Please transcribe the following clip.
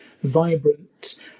vibrant